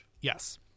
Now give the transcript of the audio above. Yes